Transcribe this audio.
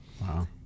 Wow